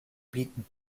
bieten